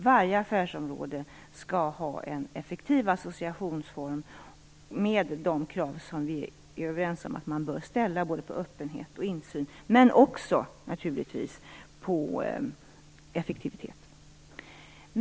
Varje affärsområde skall ha en effektiv associationsform med de krav som vi är överens om att man bör ställa på både öppenhet och insyn, men också naturligtvis på effektivitet.